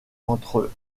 entre